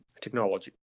technology